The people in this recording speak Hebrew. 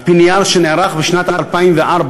על-פי נייר שנכתב בשנת 2004,